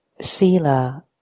sila